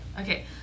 Okay